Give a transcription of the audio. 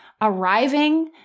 arriving